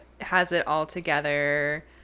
has-it-all-together